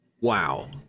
Wow